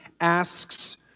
asks